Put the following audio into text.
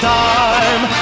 time